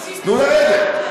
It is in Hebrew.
תנו לרדת.